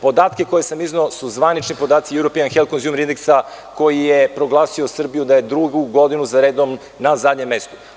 Podatke koje sam izneo su zvanični podaci „“, koji je proglasio Srbiju da je drugu godinu za redom na zadnjem mestu.